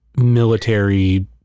military